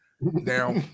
now